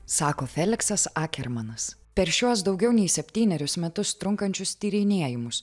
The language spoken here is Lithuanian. sako feliksas akermanas per šiuos daugiau nei septynerius metus trunkančius tyrinėjimus